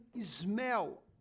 smell